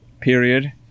period